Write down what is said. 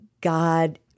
God